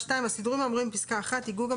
(2)הסידורים האמורים בפסקה (1) יגעו גם